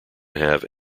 have